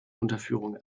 unterführung